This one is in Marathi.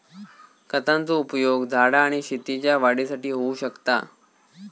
खतांचो उपयोग झाडा आणि शेतीच्या वाढीसाठी होऊ शकता